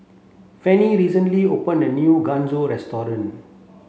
Fanny recently opened a new Gyoza restaurant